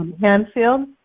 Hanfield